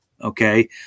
okay